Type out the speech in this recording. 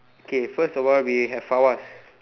K first of all we have Fawaz